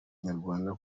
nyarwanda